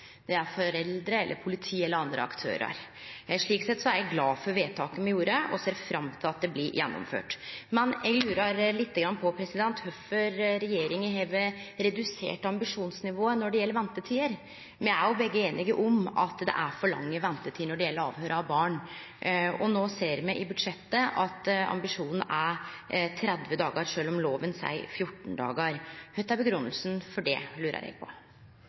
det er foreldre, politiet eller andre aktørar. Slik sett er eg glad for vedtaket me gjorde og ser fram til at det blir gjennomført. Men eg lurer litt på kvifor regjeringa har redusert ambisjonsnivået når det gjeld ventetider. Me er jo båe einige om at det er for lang ventetid når det gjeld avhøyr av barn. No ser me i budsjettet at ambisjonen er 30 dagar, sjølv om lova seier 14 dagar. Kva er grunngjevinga for det, lurar eg på.